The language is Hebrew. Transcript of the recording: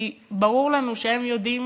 כי ברור לנו שהם יודעים